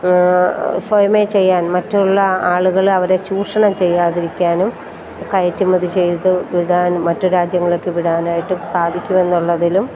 സ്വയമേ ചെയ്യാൻ മറ്റുള്ള ആളുകൾ അവരെ ചൂഷണം ചെയ്യാതിരിക്കാനും കയറ്റുമതി ചെയ്ത് വിടാൻ മറ്റു രാജ്യങ്ങളിലേക്ക് വിടാനായിട്ട് സാധിക്കും എന്നുള്ളതിലും